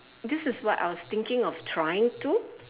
this is what I was thinking of trying to